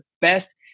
best